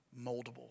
moldable